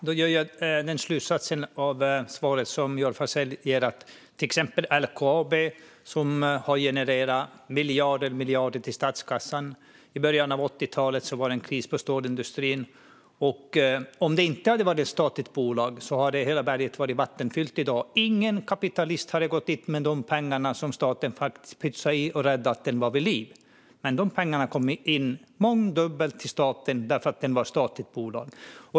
Fru talman! Jag drar en slutsats av det svar som Joar Forssell ger när det gäller till exempel LKAB, som har genererat miljarder och åter miljarder till statskassan. I början av 80-talet var det en kris inom stålindustrin. Om det inte hade varit ett statligt bolag så hade hela berget varit vattenfyllt i dag. Ingen kapitalist hade gått dit med de pengar som statens pytsade in som räddade LKAB och såg till att det var vid liv. De pengarna har kommit in mångdubbelt till staten därför att det var ett statligt bolag.